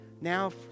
now